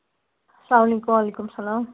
سلامُ علیکُم وعلیکُم سَلام